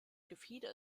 gefieder